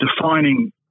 defining